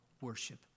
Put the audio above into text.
worship